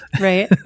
Right